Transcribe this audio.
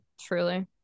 Truly